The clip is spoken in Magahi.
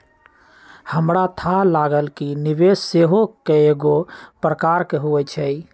हमरा थाह लागल कि निवेश सेहो कएगो प्रकार के होइ छइ